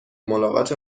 ملاقات